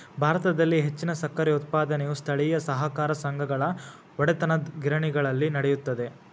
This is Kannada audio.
ಭಾರತದಲ್ಲಿ ಹೆಚ್ಚಿನ ಸಕ್ಕರೆ ಉತ್ಪಾದನೆಯು ಸ್ಥಳೇಯ ಸಹಕಾರ ಸಂಘಗಳ ಒಡೆತನದಗಿರಣಿಗಳಲ್ಲಿ ನಡೆಯುತ್ತದೆ